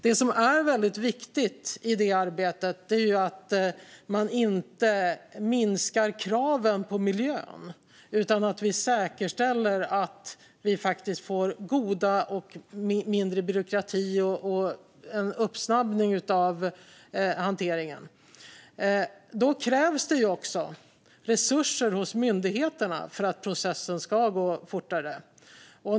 Det som är väldigt viktigt i detta arbete är att man inte minskar kraven på miljön utan att man säkerställer att man får mindre byråkrati och att man snabbar på hanteringen. Då krävs det också resurser hos myndigheterna för att processen ska gå fortare.